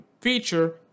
feature